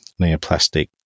neoplastic